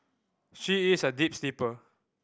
she is a deep sleeper